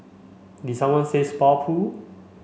did someone say spa pool